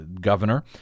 governor